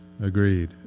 Agreed